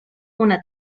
una